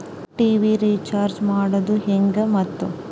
TV recharge ಮಾಡೋದು ಹೆಂಗ ಮತ್ತು?